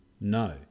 no